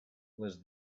was